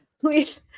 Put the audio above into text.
Please